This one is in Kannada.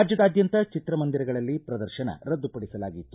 ರಾಜ್ಞದಾದ್ಯಂತ ಚಿತ್ರಮಂದಿರಗಳಲ್ಲಿ ಪ್ರದರ್ಶನ ರದ್ದು ಪಡಿಸಲಾಗಿತ್ತು